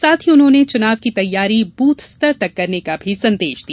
साथ ही उन्होंने चुनाव की तैयारी ब्रथस्तर तक करने का भी संदेश दिया